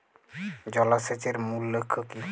জল সেচের মূল লক্ষ্য কী?